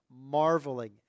marveling